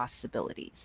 possibilities